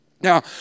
Now